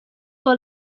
for